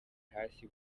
hasi